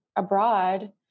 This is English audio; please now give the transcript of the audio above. abroad